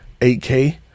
8k